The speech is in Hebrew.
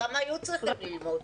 כמה היו צריכים ללמוד?